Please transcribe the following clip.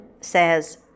says